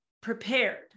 prepared